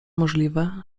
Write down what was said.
możliwe